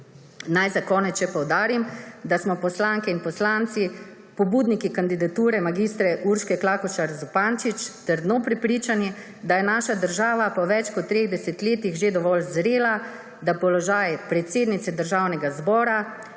Naj za konec še poudarim, da smo poslanke in poslanci pobudniki kandidature mag. Urške Klakočar Zupančič trdno prepričani, da je naša država po več kot treh desetletjih že dovolj zrela, da položaj predsednice Državnega zbora